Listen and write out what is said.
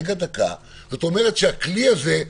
כלומר זה כלי.